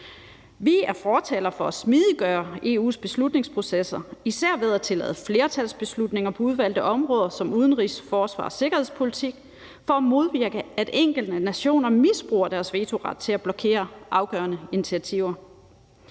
Vi er fortalere for at smidiggøre EU's beslutningsprocesser, især ved at tillade flertalsbeslutninger på udvalgte områder som udenrigs-, forsvars- og sikkerhedspolitik, for at modvirke, at enkelte nationer misbruger deres vetoret til at blokere afgørende initiativer.